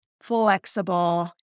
flexible